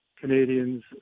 Canadians